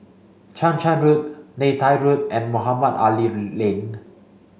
Chang Charn Road Neythai Road and Mohamed Ali Lane